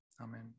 Amen